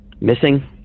missing